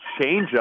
changeup